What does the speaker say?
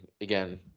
again